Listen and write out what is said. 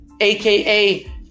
aka